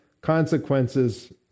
consequences